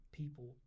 people